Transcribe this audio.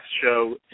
show